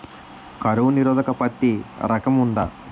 కరువు నిరోధక పత్తి రకం ఉందా?